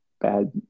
bad